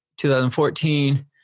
2014